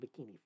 Bikini